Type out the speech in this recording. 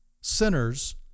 sinners